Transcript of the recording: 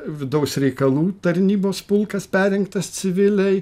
vidaus reikalų tarnybos pulkas perrinktas civiliai